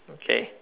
okay